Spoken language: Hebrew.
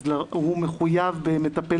אז הוא מחויב במטפל צמוד.